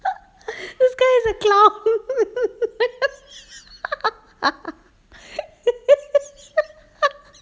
this kind of clown